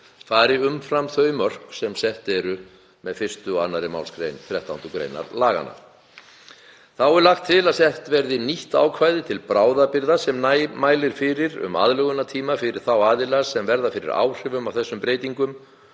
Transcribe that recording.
fari umfram þau mörk sem sett eru með 1. og 2. mgr. 13. gr. laganna. Þá er lagt til að sett verði nýtt ákvæði til bráðabirgða sem mælir fyrir um aðlögunartíma fyrir þá aðila sem verða fyrir áhrifum af þessum breytingum